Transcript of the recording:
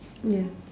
yes